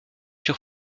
sur